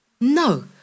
No